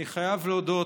אני חייב להודות.